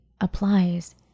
applies